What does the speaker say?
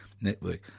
Network